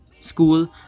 school